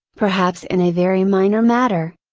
perhaps in a very minor matter.